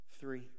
Three